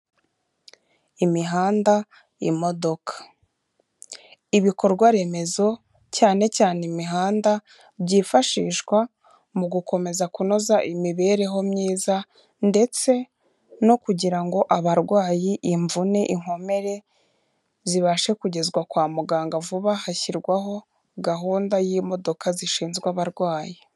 Imihanda, imodoka. Ibikorwa Remezo cyane cyane imihanda, byifashishwa mu gukomeza kunoza imibereho myiza, ndetse no kugira ngo abarwayi, imvune, inkomere zibashe kugezwa kwa muganga vuba, hashyirwaho gahunda y'imodoka zishinzwe abarwayi.